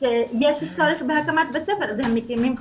שיש צורך בהקמת בית ספר, אז הם מקימים.